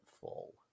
full